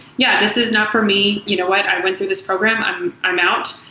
yeah, this is not for me. you know what? i went to this program. i'm i'm out.